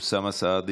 שמסוגלת